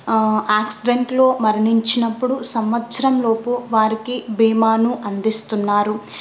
యాక్సిడెంట్లో మరణించినప్పుడు సంవత్సరంలోపు వారికి భీమాను అందిస్తున్నారు